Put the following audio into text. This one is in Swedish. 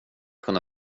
kunde